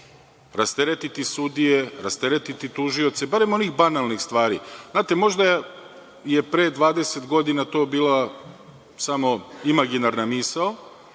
rasteretiti sudije, rasteretiti tužioce, barem onih banalnih stvar. Znate, možda je pre 20 godina to bila samo imaginarna misao,